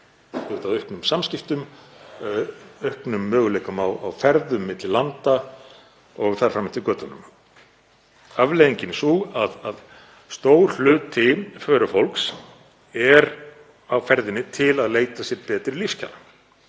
með auknum samskiptum, auknum möguleikum á ferðum milli landa og þar fram eftir götunum. Afleiðingin er sú að stór hluti förufólks er á ferðinni til að leita sér betri lífskjara